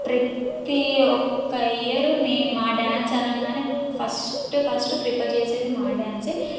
ప్రతి ఒక ఇయర్ మేము మా డ్యాన్స్ అనగానే ఫస్ట్ ఫస్ట్ ప్రిఫర్ చేసేది మా డ్యాన్స్ఏ